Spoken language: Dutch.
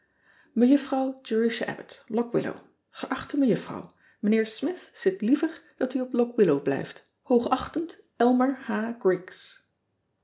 erusha bbott ock illow eachte ejuffrouw ijnheer mith ziet liever dat u op ock illow blijft oogachtend